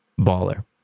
baller